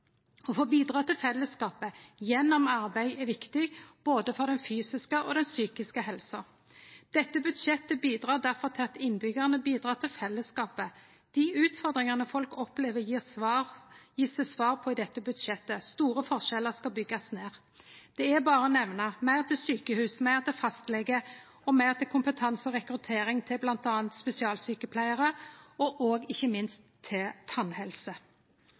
Å få bidra til fellesskapet gjennom arbeid er viktig for både den fysiske og den psykiske helsa. Dette budsjettet bidrar difor til at innbyggjarane bidrar til fellesskapet. Dei utfordringane folk opplever, gjev dette budsjettet svar på. Store forskjellar skal bli bygde ned. Det er berre å nemne: meir til sjukehus, meir til fastlege og meir til kompetanse og rekruttering til bl.a. spesialsjukepleiarar og ikkje minst til tannhelse.